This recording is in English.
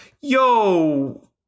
yo